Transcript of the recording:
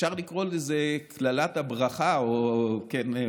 אפשר לקרוא לזה קללת הברכה או ההצלחה.